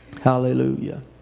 Hallelujah